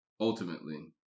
ultimately